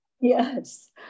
Yes